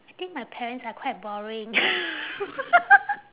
I think my parents are quite boring